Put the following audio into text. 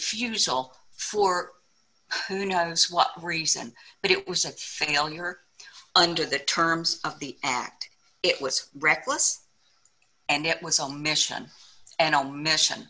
refusal for who knows what reason but it was a failure under the terms of the act it was reckless and it was all mission and omission